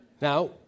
Now